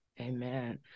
Amen